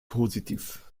positiv